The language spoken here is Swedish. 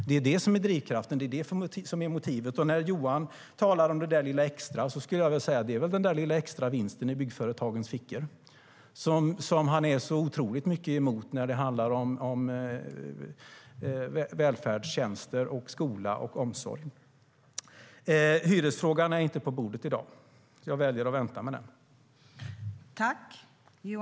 Det är det som är drivkraften; det är det som är motivet. Hyresfrågan är inte på bordet i dag, så jag väljer att vänta med den.